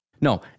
No